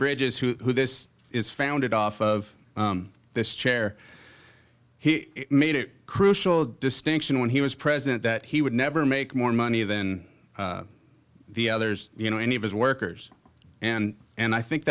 bridges who this is founded off of this chair he made a crucial distinction when he was president that he would never make more money than the others you know any of his workers and and i think